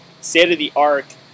state-of-the-art